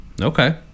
Okay